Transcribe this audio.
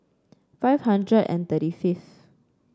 five hundred and thirty fifth